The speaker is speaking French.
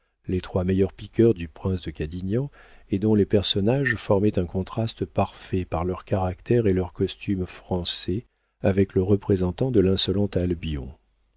les trois meilleurs piqueurs du prince de cadignan et dont les personnages formaient un contraste parfait par leurs caractères et leurs costumes français avec le représentant de l'insolente albion